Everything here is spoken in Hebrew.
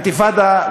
באינתיפאדה,